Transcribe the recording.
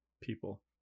people